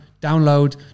download